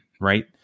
right